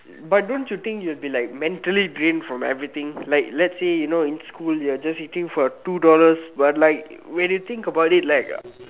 but don't you think you will be like mentally drained from everything like let's say you know in school you're just eating for two dollars but like when you think about it like